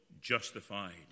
justified